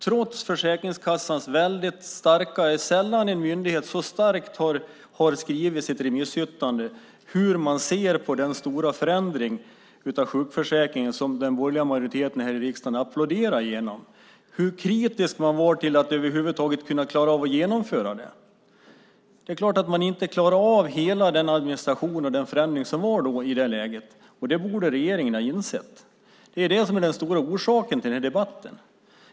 Det är sällan en myndighet skriver så starkt i sitt remissyttrande som Försäkringskassan har gjort om hur man ser på den stora förändring av sjukförsäkringen som den borgerliga majoriteten här i riksdagen applåderade igenom, hur kritisk man var till att över huvud taget kunna klara av att genomföra den. Det är klart att man inte klarar av hela den administration och den förändring som kom i det läget. Det borde regeringen ha insett. Det är det som är den stora orsaken till den här debatten.